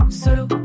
solo